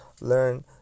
learn